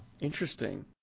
Interesting